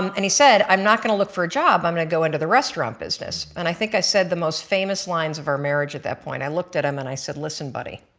um and he said, i'm not going to look for a job i'm going to go into the restaurant business, and i think i said the most famous lines of our marriage at that point. i looked at him and i said, listen buddy